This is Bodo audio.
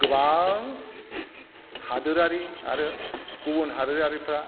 गोबां हादरारि आरो गुबुन हादरारिफ्रा